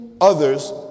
others